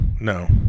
No